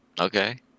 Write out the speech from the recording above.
Okay